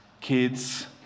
Kids